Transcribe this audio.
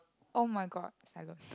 oh-my-god cylon